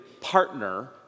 partner